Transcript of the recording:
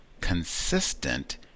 consistent